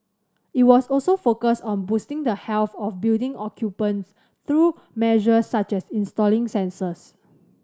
it will also focus on boosting the health of building occupants through measures such as installing sensors